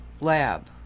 lab